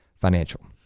Financial